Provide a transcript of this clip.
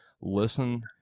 Listen